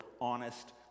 honest